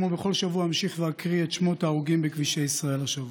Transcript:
כמו בכל שבוע אמשיך ואקריא את שמות ההרוגים בכבישי ישראל השבוע.